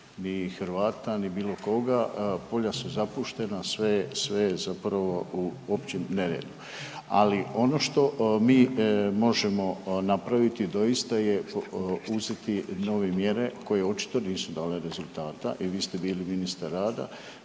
ni Hrvata, ni bilo koga, polja su zapuštena, sve je skoro u općem neredu. Ali ono što mi možemo napraviti doista je uzeti nove mjere koje očito nisu dale rezultata i vi ste bili ministar rada,